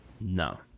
No